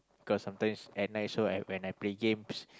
because sometimes at night so I when I play game